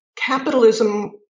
capitalism